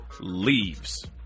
Leaves